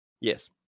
Yes